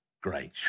Great